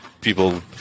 people